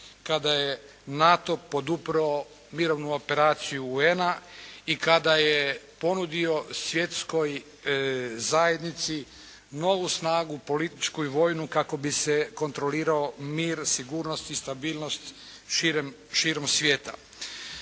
kada je NATO podupro mirovnu operaciju UN-a i kada je ponudio svjetskoj zajednici novu snagu političku i vojnu kako bi se kontrolirao mir, sigurnost i stabilnost širom svijeta.